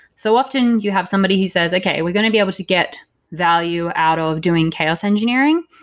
so often, you have somebody who says, okay, we're going to be able to get value out of doing chaos engineering.